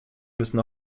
müssen